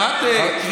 גם את,